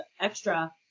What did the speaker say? extra